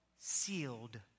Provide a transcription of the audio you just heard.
sealed